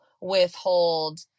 withhold